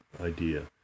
idea